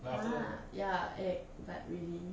!huh! ya eh like really